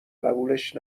قبولش